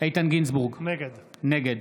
איתן גינזבורג, נגד